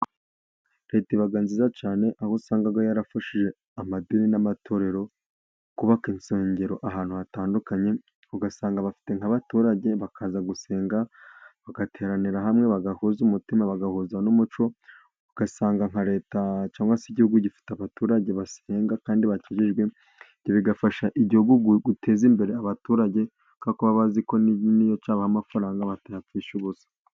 Leta iba nziza cyane, aho usanga yarafashije amadini n'amatorero kubaka insengero ahantu hatandukanye. Ugasanga bafite nk'abaturage bakaza gusenga, bagateranira hamwe bagahuza umutima bagahuza n'umuco . Ugasanga nka leta cyangwa se igihugu gifite abaturage basenga kandi bakijijwe. Ibi bigafasha igihugu guteza imbere abaturage kubera ko baba bazi ko n'iyo cyaba amafaranga batayapfusha ubusa.